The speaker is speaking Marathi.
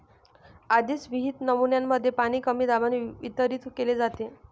आधीच विहित नमुन्यांमध्ये पाणी कमी दाबाने वितरित केले जाते